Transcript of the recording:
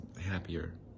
happier